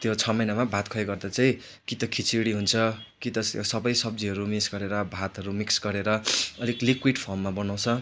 त्यो छ महिनामा भात खुवाइ गर्दा चाहिँ कि त खिचडी हुन्छ कि त सबै सब्जीहरू मिक्स गरेर भातबरू मिक्स गरेर अलिक लिक्विड फर्ममा बनाउँछ